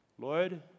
Lord